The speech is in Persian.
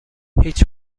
هیچ